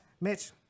Mitch